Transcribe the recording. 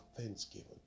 thanksgiving